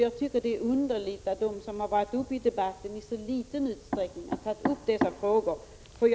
Jag tycker det är underligt att de som varit uppe i debatten i så liten utsträckning tagit upp dessa frågor.